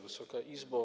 Wysoka Izbo!